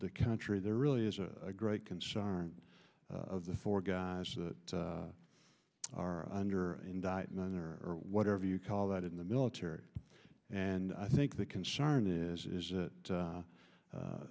the country there really is a great concern of the four guys that are under indictment or whatever you call that in the military and i think the concern is that